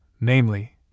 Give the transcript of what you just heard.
namely